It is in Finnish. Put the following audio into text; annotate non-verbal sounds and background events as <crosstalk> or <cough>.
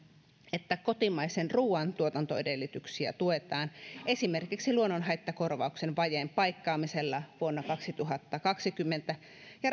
että kotimaisen ruuan tuotantoedellytyksiä tuetaan esimerkiksi luonnonhaittakorvauksen vajeen paikkaamisella vuonna kaksituhattakaksikymmentä ja <unintelligible>